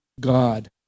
God